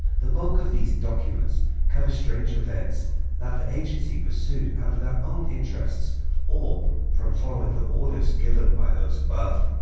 the bulk of these document cover strange events that the agency pursued out of their own interest or from following orders given by those above.